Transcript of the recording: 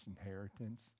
inheritance